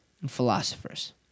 Philosophers